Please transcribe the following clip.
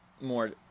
more